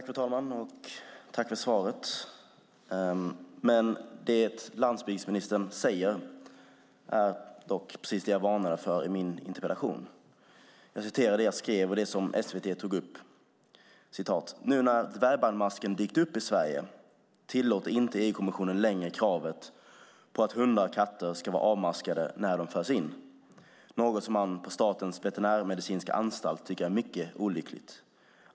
Fru talman! Jag tackar landsbygdsministern för svaret. Landsbygdsministern säger just det som jag varnade för i min interpellation. Jag citerar vad jag skrev och det som SVT tog upp: "Nu när dvärgbandmasken dykt upp i Sverige tillåter inte EU-kommissionen längre kravet på att hundar och katter ska vara avmaskade när dom förs in. Något som man på Statens veterinärmedicinska anstalt tycker är mycket olyckligt.